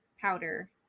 powder